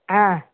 ಹಾಂ